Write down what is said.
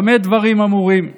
במה הדברים אמורים?